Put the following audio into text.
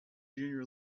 junior